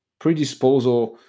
predisposal